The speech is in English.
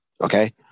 Okay